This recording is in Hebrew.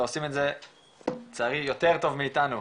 ועושים את זה לצערי יותר טוב מאתנו.